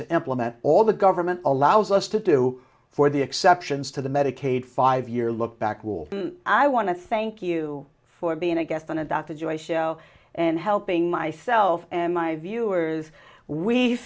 to implement all the government allows us to do for the exceptions to the medicaid five year lookback rule i want to thank you for being a guest on a dr joy show and helping myself and my viewers we